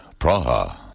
Praha